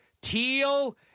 teal